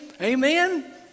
amen